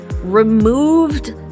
removed